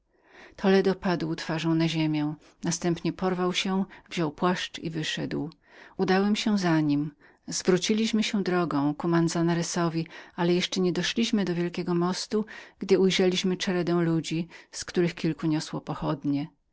toledo padł twarzą na ziemię następnie porwał się wziął płaszcz i wyszedł udałem się za nim zwróciliśmy się drogą ku manzanaresowi ale jeszcze nie doszliśmy byli do wielkiego mostu gdy ujrzeliśmy czeredę ludzi z których jedni nieśli pochodnie